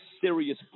serious